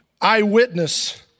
eyewitness